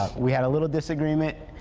we had a little disagreement.